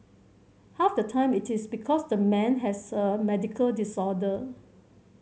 half the time it is because the man has a medical disorder